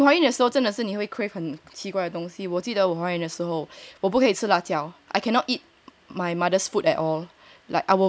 yeah 我怀孕的时候真的是你 crave 很奇怪的东西我记得我怀孕的时候我不可以吃辣椒 I cannot eat